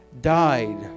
died